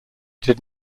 did